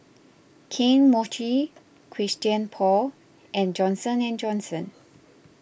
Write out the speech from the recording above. Kane Mochi Christian Paul and Johnson and Johnson